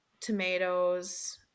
tomatoes